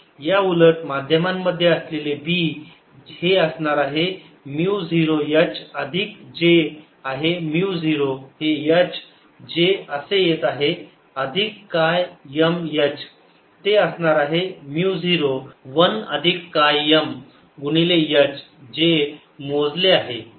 याउलट माध्यमांमध्ये असलेले B हे असणार आहे म्यु 0 H अधिक जे आहे म्यु 0 हे H जे असे येत आहे अधिक काय m H ते असणार आहे म्यु 0 1 अधिक काय m गुणिले H जे मोजले आहे